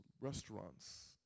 restaurants